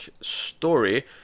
story